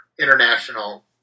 international